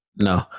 No